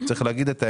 צריך להגיד את האמת,